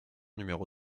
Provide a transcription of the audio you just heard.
numéro